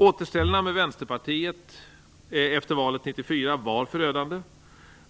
Återställarna med Vänsterpartiet efter valet 1994 var förödande.